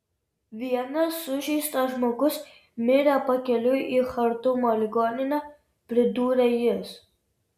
vienas sužeistas žmogus mirė pakeliui į chartumo ligonę pridūrė jis